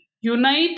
Unite